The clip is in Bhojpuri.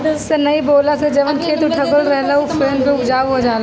सनई बोअला से जवन खेत उकठल रहेला उ फेन से उपजाऊ हो जाला